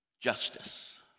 justice